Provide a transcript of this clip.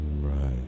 right